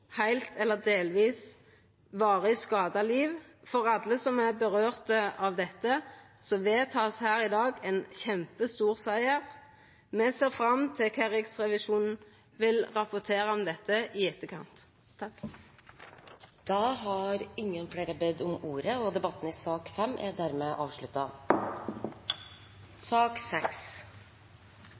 heilt eller delvis varig skada liv. For alle dette som vert vedteke her i dag, rører ved, er dette ein kjempestor siger. Me ser fram til kva Riksrevisjonen vil rapportera om dette i etterkant. Flere har ikke bedt om ordet til sak nr. 5. Etter ønske fra arbeids- og